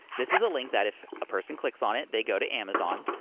this is a link that if a person clicks on it, they go to amazon,